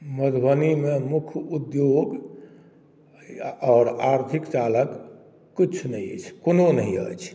मधुबनीमे मुख्य उद्योग आओर आर्थिक चालक किछु नहि अछि कोनो नहि अछि